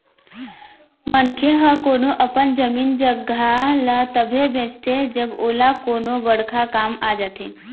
मनखे ह कोनो अपन जमीन जघा ल तभे बेचथे जब ओला कोनो बड़का काम आ जाथे